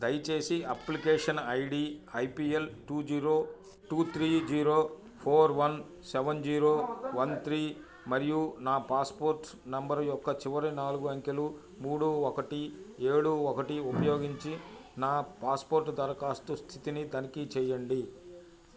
దయచేసి application I D I P L two zero two three zero four one seven zero one three మరియు నా passport number యొక్క చివరి నాలుగు అంకెలు మూడు ఒకటి ఏడు ఒకటి ఉపయోగించి నా పాస్పోర్ట్ దరఖాస్తు స్థితిని తనిఖీ చెయ్యండి